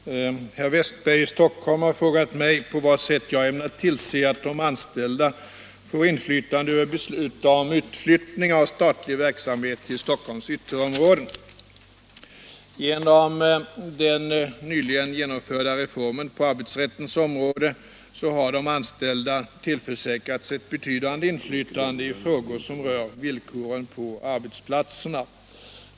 Herr talman! Herr Wästberg i Stockholm har frågat mig på vad sätt jag ämnar tillse att de anställda får inflytande över beslut om utflyttning av statlig verksamhet till Stockholms ytterområden. Genom den nyligen genomförda reformen på arbetsrättens område har de anställda tillförsäkrats ett betydande inflytande i frågor som rör villkoren på arbetsplatserna.